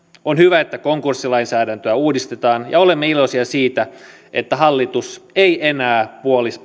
on hyvä että konkurssilainsäädäntöä uudistetaan ja olemme iloisia siitä että hallitus ei enää